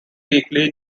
weekly